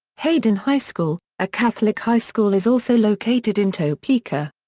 hayden high school, a catholic high school is also located in topeka.